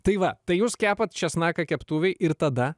tai va tai jūs kepat česnaką keptuvėj ir tada